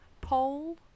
Pole